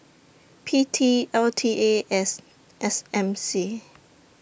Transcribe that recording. P T L T A S S M C